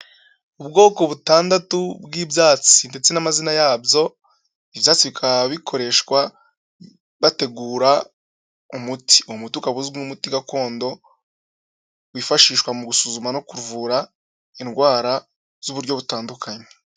Ubwoko butandatu bw'ibyatsi ndetse n'amazina yabyo, ibyatsi bikaba bikoreshwa bategura umuti, umutu ukaba uzwi nk'umuti gakondo wifashishwa mu gusuzuma no kuvura indwara z'uburyo butandukanye.